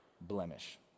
blemish